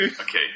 Okay